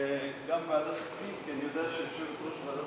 גם ועדת הפנים, כי אני יודע שיושבת-ראש ועדת